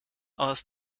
aus